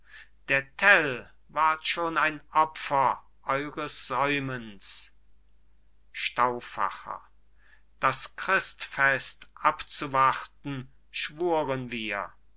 der tell ward schon opfer eures säumens stauffacher das christfest abzuwarten schwuren wir